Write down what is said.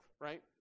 right